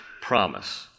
promise